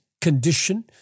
condition